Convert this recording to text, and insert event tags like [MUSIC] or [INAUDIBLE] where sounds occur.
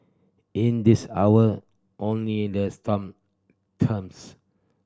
in this hour only in the [UNINTELLIGIBLE] terms